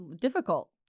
difficult